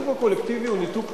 הוא ניתוק פסול.